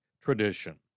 tradition